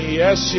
yes